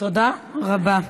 תודה רבה.